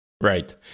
Right